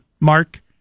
Mark